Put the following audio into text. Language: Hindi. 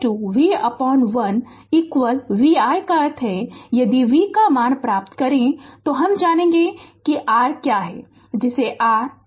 तो Vi V1 Vi का अर्थ है यदि v का मान प्राप्त करें तो हम जानेंगे कि r क्या है जिसे r R2 कहते हैं